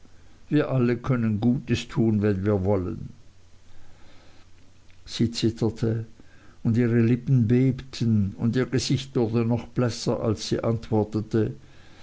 wir alle können gutes tun wenn wir wollen sie zitterte und ihre lippen bebten und ihr gesicht wurde noch blässer als sie antwortete